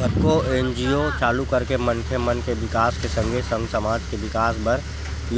कतको एन.जी.ओ चालू करके मनखे मन के बिकास के संगे संग समाज के बिकास बर